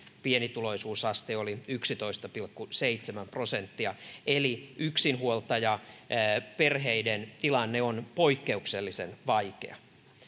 pienituloisuusaste oli yksitoista pilkku seitsemän prosenttia eli yksinhuoltajaperheiden tilanne on poikkeuksellisen vaikea